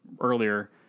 earlier